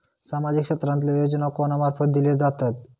सामाजिक क्षेत्रांतले योजना कोणा मार्फत दिले जातत?